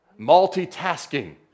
multitasking